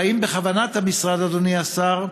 האם בכוונת המשרד, אדוני השר,